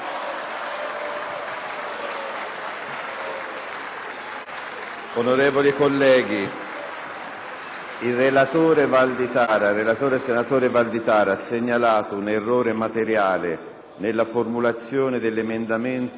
Onorevoli colleghi, il relatore, senatore Valditara, ha segnalato un errore materiale nella formulazione dell'emendamento 1.2010,